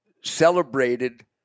celebrated